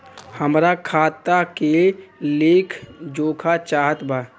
हमरा खाता के लेख जोखा चाहत बा?